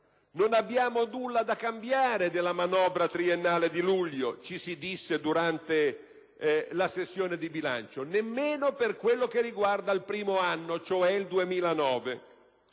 Non abbiamo nulla da cambiare della manovra triennale di luglio, ci si disse durante la sessione di bilancio, nemmeno per ciò che riguarda il primo anno e dunque il 2009.